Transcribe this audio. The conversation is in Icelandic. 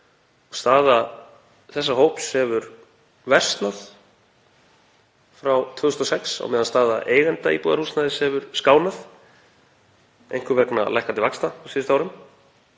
þessa hóps hefur versnað frá 2006 en staða eigenda íbúðarhúsnæðis hefur skánað, einkum vegna lækkandi vaxta á síðustu árum.